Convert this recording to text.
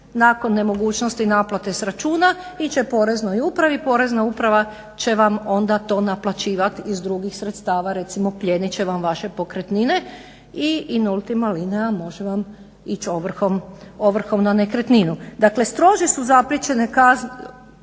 nakon nemogućnosti naplate s računa ići će Poreznoj upravi, Porezna uprava će vam onda to naplaćivati iz drugih sredstava recimo plijenit će vam vaše pokretnine i … može vam ići ovrhom na nekretninu. Dakle strože su zapriječene kazne,